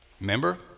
Remember